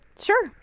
Sure